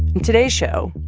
in today's show,